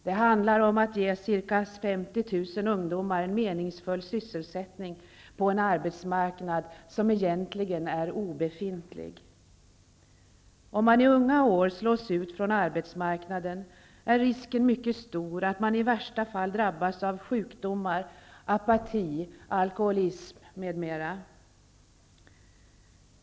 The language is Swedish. Det handlar om att ge ca 50 000 ungdomar meningsfull sysselsättning på en arbetsmarknad som egentligen är obefintlig. Om man i unga år slås ut från arbetsmarknaden är risken mycket stor att man i värsta fall drabbas av sjukdomar, apati, alkoholism m.m.